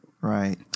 Right